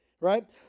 Right